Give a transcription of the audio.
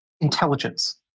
Intelligence